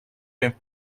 been